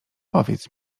powiedz